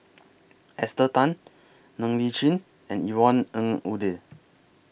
Esther Tan Ng Li Chin and Yvonne Ng Uhde